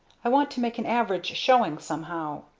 i want to make an average showing somehow.